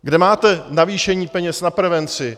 Kde máte navýšení peněz na prevenci?